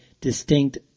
distinct